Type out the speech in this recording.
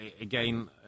again